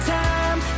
time